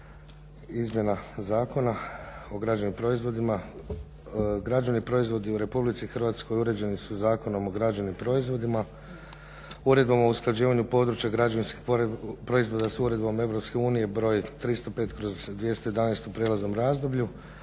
Izmjena Zakona o građevnim proizvodima. Građevni proizvodi u Republici Hrvatskoj uređeni su Zakonom o građevnim proizvodima. Uredbom o usklađivanju područja građevinskih proizvoda sa Uredbom Europske unije br. 305/211 u prijelaznom razdoblju,